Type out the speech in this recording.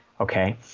okay